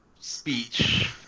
speech